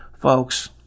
folks